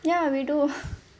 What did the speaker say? ya we do